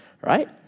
right